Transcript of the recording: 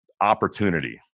opportunity